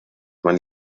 man